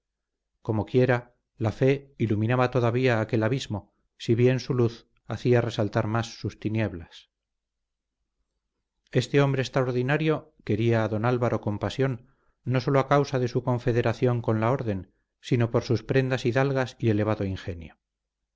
acciones comoquiera la fe iluminaba todavía aquel abismo si bien su luz hacía resaltar más sus tinieblas este hombre extraordinario quería a don álvaro con pasión no sólo a causa de su confedración con la orden sino por sus prendas hidalgas y elevado ingenio